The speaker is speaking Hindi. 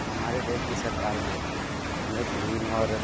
हमारे देश की सरकार को नेत्रहीन और